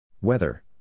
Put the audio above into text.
Weather